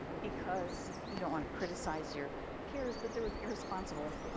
because you don't want to criticize your peers, but there was irresponsible,